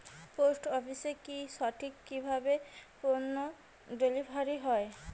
Post অফিসে কি সঠিক কিভাবে পন্য ডেলিভারি হয়?